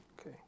Okay